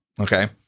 Okay